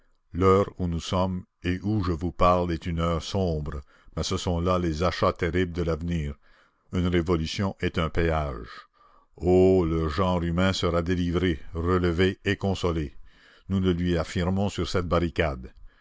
l'heure où nous sommes et où je vous parle est une heure sombre mais ce sont là les achats terribles de l'avenir une révolution est un péage oh le genre humain sera délivré relevé et consolé nous le lui affirmons sur cette barricade